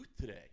today